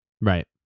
Right